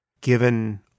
given